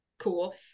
cool